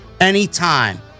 anytime